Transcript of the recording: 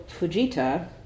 Fujita